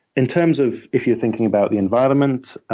in terms of if you're thinking about the environment,